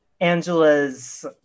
Angela's